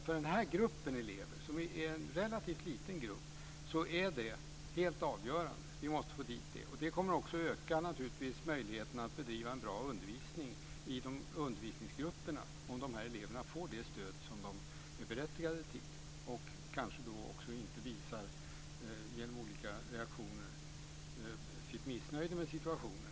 För den här relativt lilla gruppen elever är det helt avgörande att vi får dit specialpedagogerna. Det kommer naturligtvis att öka möjligheterna att bedriva en bra undervisning i undervisningsgrupperna om de här eleverna får det stöd som de är berättigade till. Kanske visar de då inte genom olika reaktioner sitt missnöje med situationen.